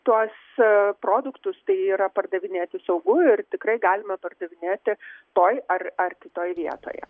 tuos produktus tai yra pardavinėti saugu ir tikrai galima pardavinėti toj ar ar kitoj vietoje